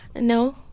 No